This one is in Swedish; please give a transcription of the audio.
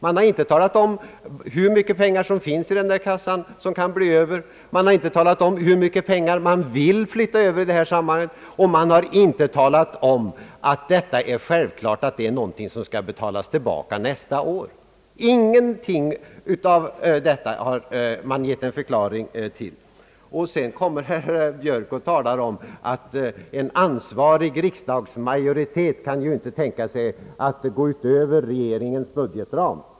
Man har inte talat om hur mycket pengar som kan bli över i den kassan, man har inte talat om hur mycket pengar man vill flytta över, och man har inte talat om att detta självklart är någonting som skall betalas tillbaka nästa år. Ingenting av detta har man gett en förklaring till. Sedan kommer herr Björk och talar om att en ansvarig riksdagsmajoritet ju inte kan tänka sig att gå utöver regeringens budgetram.